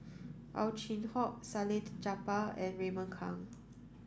Ow Chin Hock Salleh Japar and Raymond Kang